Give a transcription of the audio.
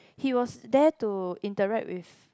he was there to interact with